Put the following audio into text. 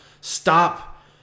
stop